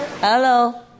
Hello